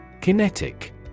Kinetic